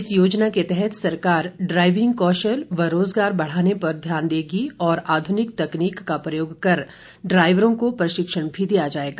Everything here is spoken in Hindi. इस योजना के तहत सरकार ड्राईविंग कौशल और रोजगार बढ़ाने पर ध्यान देगी और आधुनिक तकनीकी का प्रयोग कर ड्राईवरों को प्रशिक्षण भी दिया जाएगा